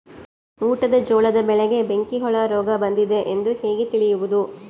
ಊಟದ ಜೋಳದ ಬೆಳೆಗೆ ಬೆಂಕಿ ಹುಳ ರೋಗ ಬಂದಿದೆ ಎಂದು ಹೇಗೆ ತಿಳಿಯುವುದು?